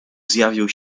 zjawił